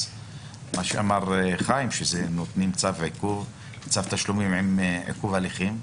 מה שאמר חיים שנותנים צו תשלומים עם עיכוב הליכים.